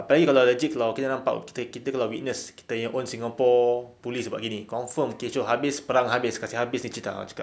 apa lagi kalau legit kalau kita nampak kita kita kalau witness kita nya own singapore police buat gini confirm kecoh habis perang habis kasi habis ni cakap